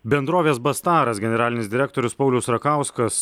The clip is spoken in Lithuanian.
bendrovės bastaras generalinis direktorius paulius rakauskas